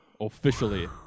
Officially